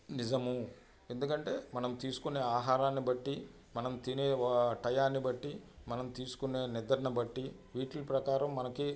నిజము ఎందుకంటే మనం తీసుకునే ఆహారాన్ని బట్టి మనం తినే టయాన్ని బట్టి మనం తీసుకునే నిద్రని బట్టి వీటిల ప్రకారం మనకి